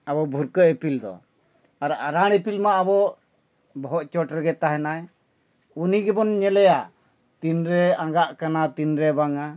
ᱟᱵᱚ ᱵᱷᱩᱨᱠᱟᱹᱜ ᱤᱯᱤᱞ ᱫᱚ ᱟᱨ ᱟᱨᱟᱬ ᱤᱯᱤᱞ ᱢᱟ ᱟᱵᱚ ᱵᱚᱦᱚᱜ ᱪᱚᱴ ᱨᱮᱜᱮ ᱛᱟᱦᱮᱱᱟᱭ ᱩᱱᱤ ᱜᱮᱵᱚᱱ ᱧᱮᱞᱮᱭᱟ ᱛᱤᱱᱨᱮ ᱟᱸᱜᱟᱜ ᱠᱟᱱᱟ ᱛᱤᱱᱨᱮ ᱵᱟᱝᱟ